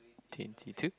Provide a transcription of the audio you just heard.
twenty two